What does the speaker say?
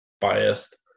biased